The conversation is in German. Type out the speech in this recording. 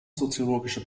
soziologische